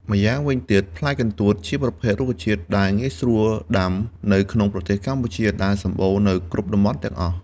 ម្យ៉ាងវិញទៀត ផ្លែកន្ទួតជាប្រភេទរុក្ខជាតិដែល ងាយស្រួលដាំដុះ នៅក្នុងប្រទេសកម្ពុជា ដែលសម្បូរនៅគ្រប់តំបន់ទាំងអស់។